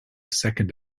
second